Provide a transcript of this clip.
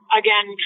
again